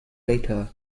later